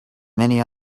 many